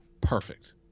perfect